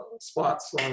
spots